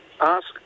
ask